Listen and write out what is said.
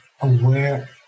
aware